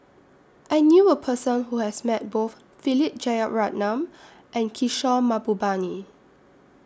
I knew A Person Who has Met Both Philip Jeyaretnam and Kishore Mahbubani